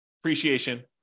appreciation